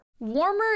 Warmer